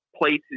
places